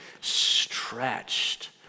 stretched